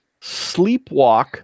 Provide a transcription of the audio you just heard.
sleepwalk